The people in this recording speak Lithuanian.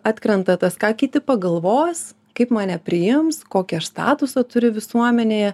atkrenta tas ką kiti pagalvos kaip mane priims kokį aš statusą turiu visuomenėje